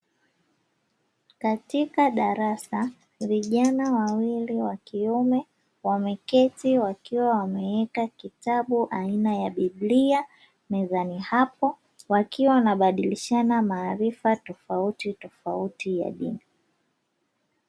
Katika darasa vijana wawili wakiume, wameketi wakiwa wameweka kitabu aina ya biblia mezani hapo, wakiwa wanabadilishana maarifa tofautitofauti ya dini.